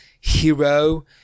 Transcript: Hero